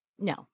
No